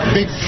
Big